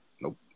Nope